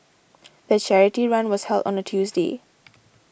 the charity run was held on a Tuesday